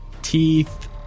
Teeth